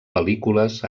pel·lícules